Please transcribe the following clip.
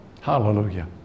Hallelujah